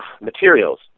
materials